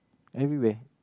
everywhere